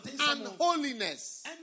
unholiness